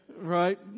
Right